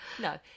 No